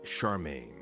Charmaine